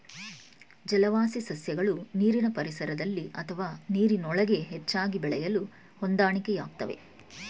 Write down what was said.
ಜಲವಾಸಿ ಸಸ್ಯಗಳು ನೀರಿನ ಪರಿಸರದಲ್ಲಿ ಅಥವಾ ನೀರಿನೊಳಗೆ ಹೆಚ್ಚಾಗಿ ಬೆಳೆಯಲು ಹೊಂದಾಣಿಕೆಯಾಗ್ತವೆ